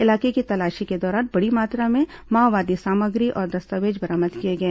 इलाके की तलाशी के दौरान बड़ी मात्रा में माओवादी सामग्री और दस्तावेज बरामद किए गए